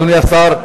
אדוני השר,